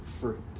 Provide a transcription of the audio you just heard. fruit